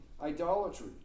idolatry